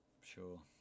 Sure